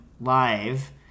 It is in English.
live